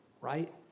right